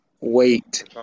Wait